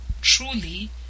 truly